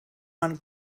man